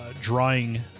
drawing